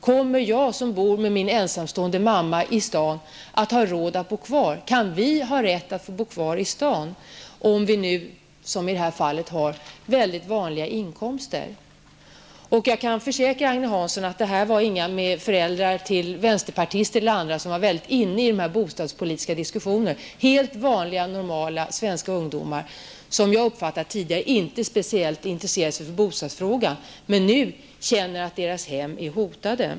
Kommer vi, min ensamstående mamma och jag, att ha råd att bo kvar? Har vi rätt att få bo kvar i sta'n, om man -- som min mamma -- har vanliga inkomster? Jag kan försäkra Agne Hansson att dessa flickors föräldrar var inga vänsterpartister som var vana vid bostadspolitiska diskussioner, utan flickorna var helt vanliga, normala svenska ungdomar, som inte tidigare intresserat sig speciellt mycket för bostadsfrågor, men som nu känner att deras hem är hotade.